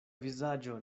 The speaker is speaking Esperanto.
vizaĝo